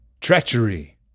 treachery